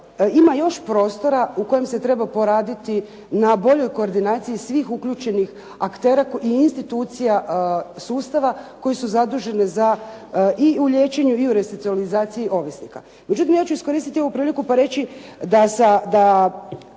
ima još prostora u kojem se treba poraditi na boljoj koordinaciji svih uključenih aktera i institucija sustava koje su zadužene i u liječenju i u resocijalizaciji ovisnika. Međutim, ja ću iskoristiti ovu priliku pa reći da